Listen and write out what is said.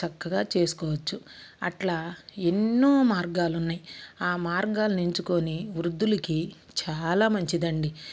చక్కగా చేసుకోవచ్చు అట్లా ఎన్నో మార్గాలు ఉన్నయి ఆ మార్గాల్నిఎంచుకొని వృద్ధులికి చాలా మంచిదండి